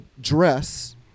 dress